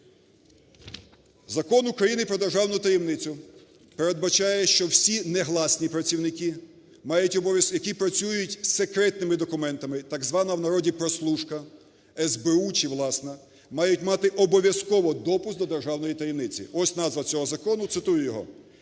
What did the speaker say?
Закон України "Про державну таємницю" передбачає, що всі негласні працівники мають обов'язок, які працюють з секретними документами, так звана в народі "прослушка" (СБУ чи власна), мають мати обов'язково допуск до державної таємниці. Ось назва цього закону. Цитую його: